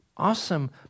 awesome